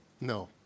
No